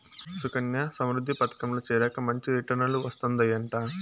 సుకన్యా సమృద్ధి పదకంల చేరాక మంచి రిటర్నులు వస్తందయంట